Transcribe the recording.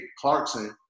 Clarkson